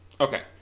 Okay